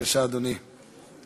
בבקשה, אדוני.